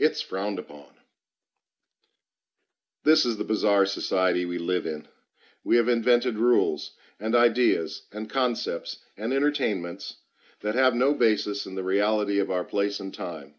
it's frowned upon this is the bizarre society we live in we have invented rules and ideas and concepts and entertainments that have no basis in the reality of our place and time